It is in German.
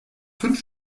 fünf